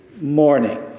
morning